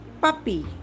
puppy